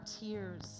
tears